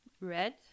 red